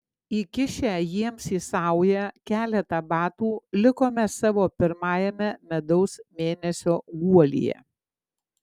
įkišę jiems į saują keletą batų likome savo pirmajame medaus mėnesio guolyje